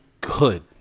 good